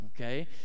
Okay